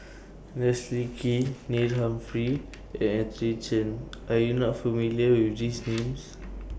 Leslie Kee Neil Humphreys and Anthony Chen Are YOU not familiar with These Names